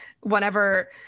whenever